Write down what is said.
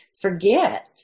forget